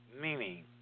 Meaning